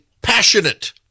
passionate